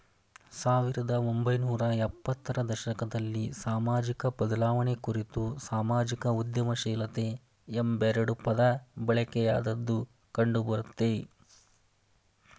ಸಾವಿರದ ಒಂಬೈನೂರ ಎಪ್ಪತ್ತ ರ ದಶಕದಲ್ಲಿ ಸಾಮಾಜಿಕಬದಲಾವಣೆ ಕುರಿತು ಸಾಮಾಜಿಕ ಉದ್ಯಮಶೀಲತೆ ಎಂಬೆರಡು ಪದಬಳಕೆಯಾದದ್ದು ಕಂಡುಬರುತ್ತೆ